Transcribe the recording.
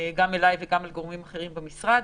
גם אליי וגם אל גורמים אחרים במשרד.